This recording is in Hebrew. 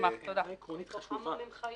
נקודה עקרונית חשובה